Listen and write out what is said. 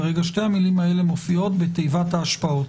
כרגע שתי המילים הללו מופיעות בתיבות ההשפעות,